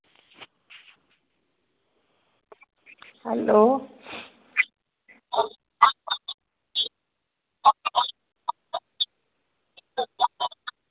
hello